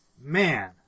Man